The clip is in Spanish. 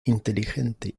inteligente